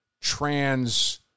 trans